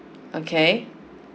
okay